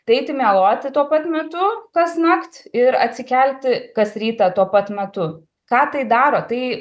tai eiti miegoti tuo pat metu kasnakt ir atsikelti kas rytą tuo pat metu ką tai daro tai